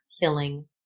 killing